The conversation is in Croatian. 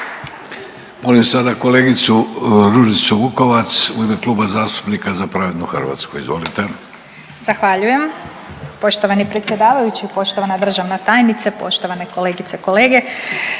Molim sada kolegicu Ružicu Vukovac u ime Kluba zastupnika Za pravednu Hrvatsku. Izvolite. **Vukovac, Ružica (Nezavisni)** Zahvaljujem. Poštovani predsjedavajući i poštovana državna tajnice, poštovane kolegice, kolege,